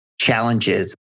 challenges